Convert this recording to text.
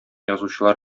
язучылар